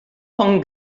bon